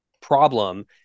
problem